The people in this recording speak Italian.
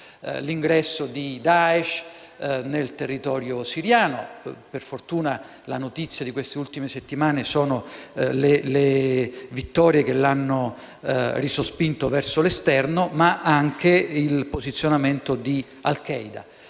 l'ingresso di Daesh nel territorio siriano. Per fortuna, notizie delle ultime settimane sono le vittorie che l'hanno risospinto verso l'esterno, ma anche il posizionamento di al-Qaeda.